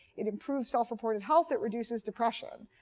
it improves self-reported health, it reduces depression.